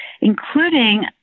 including